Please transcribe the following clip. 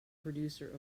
producer